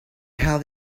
had